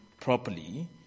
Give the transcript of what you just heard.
properly